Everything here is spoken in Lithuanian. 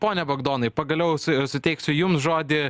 pone bogdanai pagaliau su suteiksiu jums žodį